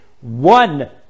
one